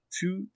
two